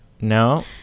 no